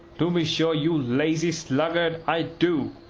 to be sure, you lazy sluggard, i do?